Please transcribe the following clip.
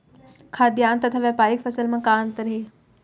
खाद्यान्न तथा व्यापारिक फसल मा का अंतर हे?